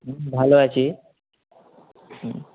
হুম ভালো আছি হুম